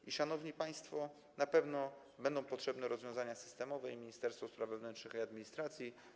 I, szanowni państwo, na pewno będą potrzebne rozwiązania systemowe i Ministerstwo Spraw Wewnętrznych i Administracji.